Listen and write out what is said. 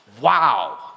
wow